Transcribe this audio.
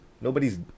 nobody's